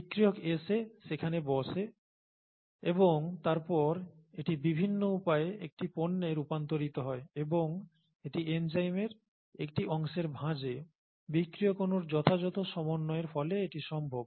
বিক্রিয়ক এসে সেখান বসে এবং তারপর এটি বিভিন্ন উপায়ে একটি পণ্যে রূপান্তরিত হয় এবং এটি এনজাইমের একটি অংশের ভাঁজে বিক্রিয়ক অণুর যথাযথ সমন্বয়ের ফলে এটি সম্ভব